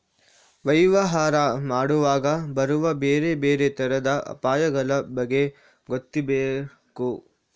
ವ್ಯವಹಾರ ಮಾಡುವಾಗ ಬರುವ ಬೇರೆ ಬೇರೆ ತರದ ಅಪಾಯಗಳ ಬಗ್ಗೆ ಗೊತ್ತಿರ್ಬೇಕು